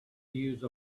use